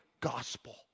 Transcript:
gospel